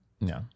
no